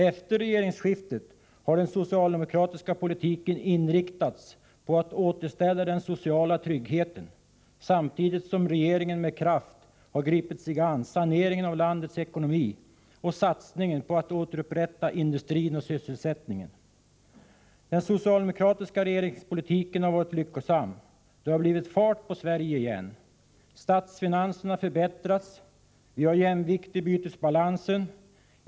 Efter regeringsskiftet har den socialdemokratiska politiken inriktats på att återställa den sociala tryggheten, samtidigt som regeringen med kraft har gripit sig an saneringen av landets ekonomi och satsningen på att återupprät ta industrin och sysselsättningen. Den socialdemokratiska regeringspolitiken har varit lyckosam. Det har blivit fart på Sverige igen. Statsfinanserna förbättras. Vi har jämvikt i bytesbalansen.